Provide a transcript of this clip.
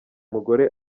mugore